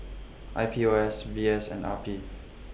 I P O S V S and R P